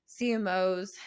CMOs